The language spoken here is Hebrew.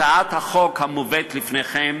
הצעת החוק המובאת לפניכם